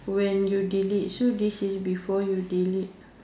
when you delete so this is before you delete